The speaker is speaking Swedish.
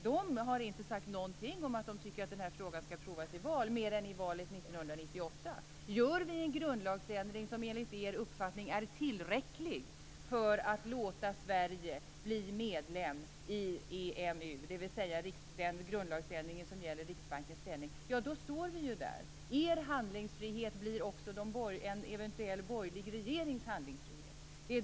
Den har inte sagt någonting om att den tycker att denna fråga skall provas i val, mer än i valet 1998. Om vi gör den grundlagsändring som gäller Riksbankens ställning, som enligt er uppfattning är tillräcklig för att låta Sverige bli medlem i EMU, då står vi där. Er handlingfrihet blir också en eventuell borgerlig regerings handlingsfrihet.